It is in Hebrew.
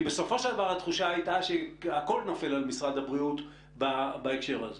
כי בסופו של דבר התחושה הייתה שהכול נופל על משרד הבריאות בהקשר הזה.